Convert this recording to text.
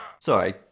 Sorry